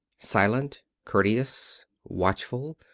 silent, courteous, watchful,